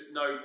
no